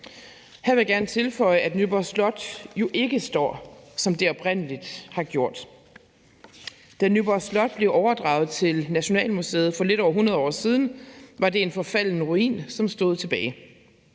Her vil jeg gerne tilføje, at Nyborg Slot jo ikke står, som det oprindelig har gjort. Da Nyborg Slot blev overdraget til Nationalmuseet for lidt over 100 år siden, var det en forfalden ruin, som stod tilbage.